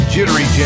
Jittery